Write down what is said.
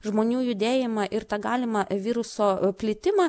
žmonių judėjimą ir tą galimą viruso plitimą